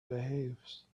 behaves